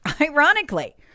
ironically